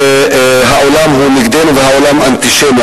שהעולם נגדנו והעולם אנטישמי.